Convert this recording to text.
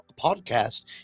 podcast